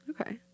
Okay